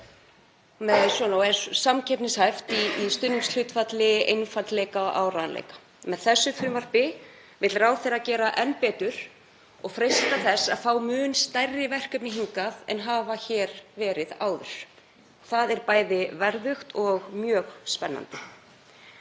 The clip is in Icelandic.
gott og samkeppnishæft í stuðningshlutfalli, einfaldleika og áreiðanleika. Með þessu frumvarpi vill ráðherra gera enn betur og freista þess að fá mun stærri verkefni hingað en hafa komið áður. Það er bæði verðugt og mjög spennandi.